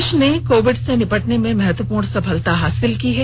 देश ने कोविड से निपटने में महत्वपूर्ण सफलता हासिल की है